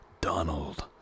Donald